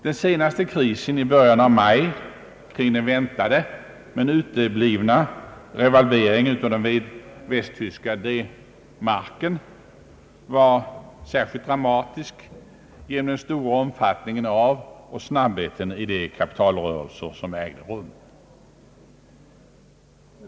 Den senaste krisen i början av maj kring den väntade men uteblivna revalveringen av den västtyska D-marken var särskilt dramatisk genom den stora omfattningen av och snabbheten i de kapitalrörelser som ägde rum.